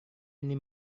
ini